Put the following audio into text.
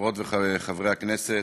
חברות וחברי הכנסת,